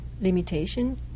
limitation